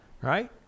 right